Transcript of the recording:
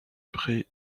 près